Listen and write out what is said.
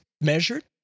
measured